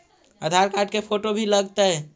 आधार card के photo भी लग तै?